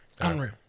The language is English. Unreal